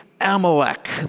Amalek